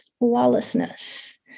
lawlessness